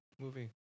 movie